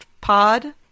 Pod